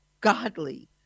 godly